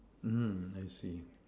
mm I see